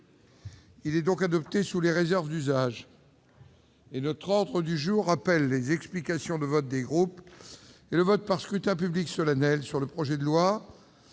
est adopté sous les réserves d'usage. L'ordre du jour appelle les explications de vote des groupes et le vote par scrutin public solennel sur le projet de loi,